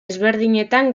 ezberdinetan